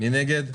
מי נגד?